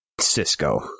Cisco